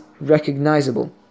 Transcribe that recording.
recognizable